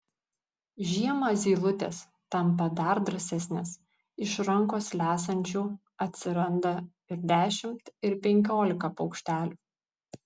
žiemą zylutės tampa dar drąsesnės iš rankos lesančių atsiranda ir dešimt ir penkiolika paukštelių